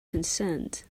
concerned